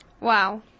Wow